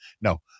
no